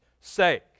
sake